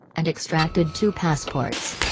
and extracted two passports.